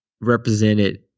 represented